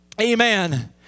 amen